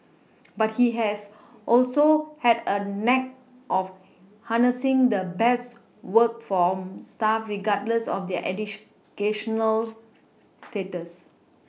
but he has also had a knack of harnessing the best work from staff regardless of their status